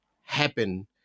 happen